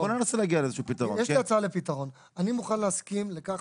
אני מוכן להסכים לכך